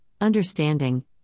understanding